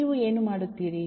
ನೀವು ಏನು ಮಾಡುತ್ತೀರಿ